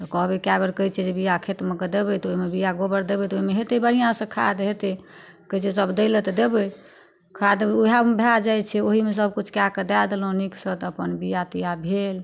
तऽ कहबै कए बेर कहै छियै जे बिआ खेतमे कऽ देबै तऽ ओइ बिआ गोबर देबै तऽ ओइमे हेतै बढ़िआँसँ खाद्य हेतै कहै छै सब दै लऽ तऽ देबै खाद्य ओहए भए जाइ छै ओहिमे सबकिछु कए कऽ दए देलहुँ नीकसँ तऽ अपन बिआ तिया भेल